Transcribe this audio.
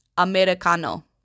americano